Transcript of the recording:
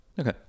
Okay